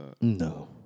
No